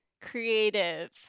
creative